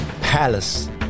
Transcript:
Palace